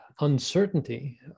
uncertainty